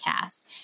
cast